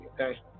okay